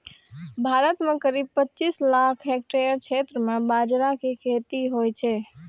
भारत मे करीब पचासी लाख हेक्टेयर क्षेत्र मे बाजरा के खेती होइ छै